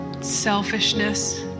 selfishness